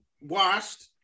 washed